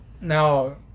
now